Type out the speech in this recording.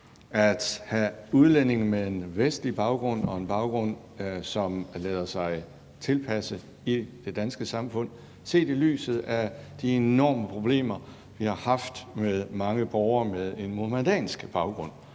at have udlændinge med en vestlig baggrund og en baggrund, som lader sig tilpasse det danske samfund, set i lyset af de enorme problemer, vi har haft med mange borgere med en muhammedansk baggrund?